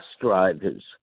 drivers